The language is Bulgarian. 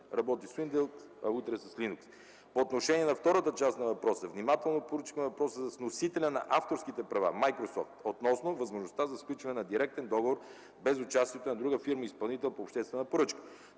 работи в Windows, а утре в Linux. По отношение на втората част на въпроса: внимателно проучихме въпроса за вносителя на авторските права – „Майкрософт”, относно възможността за сключване на директен договор, без участието на друга фирма изпълнител по обществена поръчка.